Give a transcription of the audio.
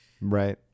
Right